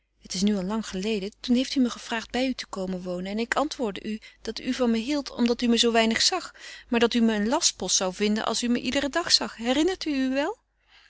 het is nu al lang geleden toen heeft u mij gevraagd bij u te komen wonen en ik antwoordde u dat u van me hield omdat u me zoo weinig zag maar dat u me een lastpost zou vinden als u me iederen dag zag herinnert u u wel